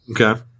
Okay